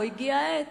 לא הגיעה העת.